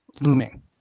looming